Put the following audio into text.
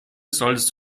solltest